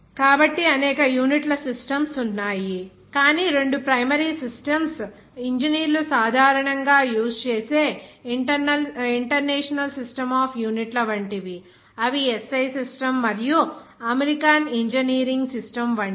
కాబట్టి అనేక యూనిట్ల సిస్టమ్స్ ఉన్నాయి కానీ రెండు ప్రైమరీ సిస్టమ్స్ ఇంజనీర్లు సాధారణంగా యూస్ చేసే ఇంటర్నేషనల్ సిస్టం ఆఫ్ యూనిట్ల వంటివి అవి SI సిస్టమ్ మరియు అమెరికన్ ఇంజనీరింగ్ సిస్టం వంటివి